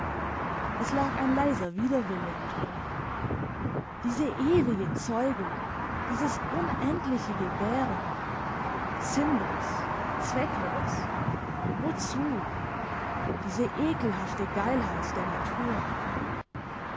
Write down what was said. es lag ein leiser widerwille im ton diese ewige zeugung dieses unendliche gebären sinnlos zwecklos wozu diese ekelhafte geilheit der natur